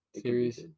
series